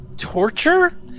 torture